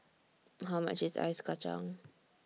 How much IS Ice Kachang